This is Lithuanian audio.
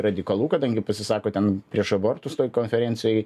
radikalu kadangi pasisako ten prieš abortus toj konferencijoj